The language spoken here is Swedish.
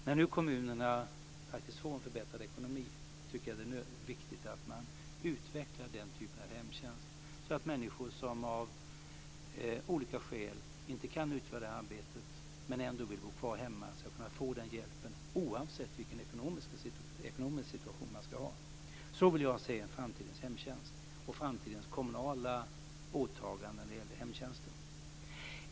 När nu kommunerna faktiskt får en förbättrad ekonomi tycker jag att det är viktigt att man utvecklar den typen av hemtjänst så att människor som av olika skäl inte kan utföra det här arbetet men ändå vill bo kvar hemma ska kunna få den hjälpen oavsett vilken ekonomisk situation de är i. Så vill jag se framtidens hemtjänst och framtidens kommunala åtaganden när det gäller hemtjänsten.